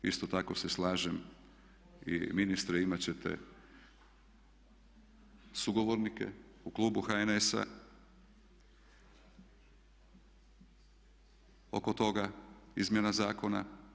Isto tako se slažem i ministre imat ćete sugovornike u klubu HNS-a oko toga izmjena zakona.